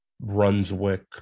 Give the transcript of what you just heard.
Brunswick